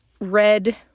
red